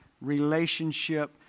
relationship